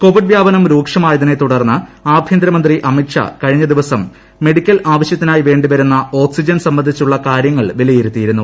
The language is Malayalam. കോവിഡ് പ്ലൂർപ്നം രൂക്ഷമായതിനെത്തു ടർന്ന് ആഭ്യന്തരമന്ത്രി അമിത് ഷ്ട്രക്ടിഞ്ഞ ദിവസം മെഡിക്കൽ ആവശ്യത്തിനായി വേണ്ടിവരുന്ന ഓക്സിജൻ സംബന്ധിച്ചുള്ളക്ടുരൃങ്ങൾ വിലയിരുത്തിയിരുന്നു